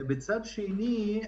מצד שני,